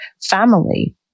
family